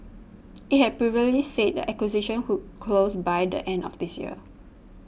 it had previously said the acquisition would close by the end of this year